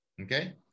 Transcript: Okay